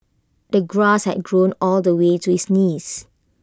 the grass had grown all the way to his knees